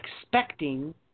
expecting